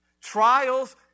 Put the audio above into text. Trials